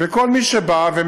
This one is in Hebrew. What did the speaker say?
וכל מי שמגבה,